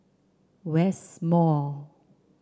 West Mall